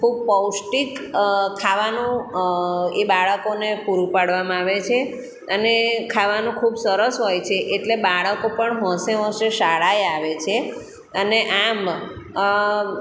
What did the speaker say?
ખુબ પૌષ્ટિક ખાવાનું એ બાળકોને પૂરું પાડવામાં આવે છે અને ખાવાનું ખૂબ સરસ હોય છે એટલે બાળકો પણ હોંશે હોંશે શાળાએ આવે છે અને આમ